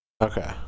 okay